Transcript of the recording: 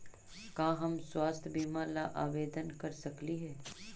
का हम स्वास्थ्य बीमा ला आवेदन कर सकली हे?